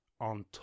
on